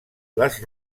les